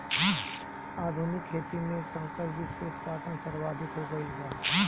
आधुनिक खेती में संकर बीज के उत्पादन सर्वाधिक हो गईल बा